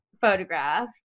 photograph